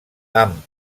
amb